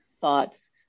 thoughts